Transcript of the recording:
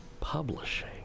publishing